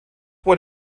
what